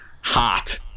hot